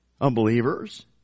Unbelievers